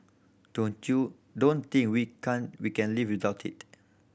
don't you don't think we can we can live without it